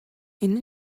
энэ